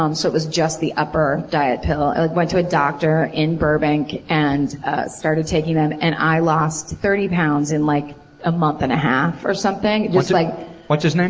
um so it was just the upper diet pill. i went to a doctor in burbank and started taking them and i lost thirty pounds in like a month and a half, or something. what's like what's his name.